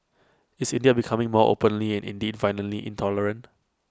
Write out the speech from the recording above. is India becoming more openly and indeed violently intolerant